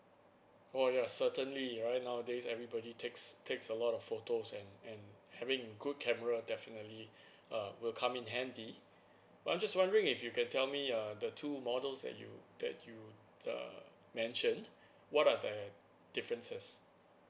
oh you're certainly right nowadays everybody takes takes a lot of photos and and having good camera definitely uh will come in handy but I'm just wondering if you can tell me uh the two models that you that you err mentioned what are the differences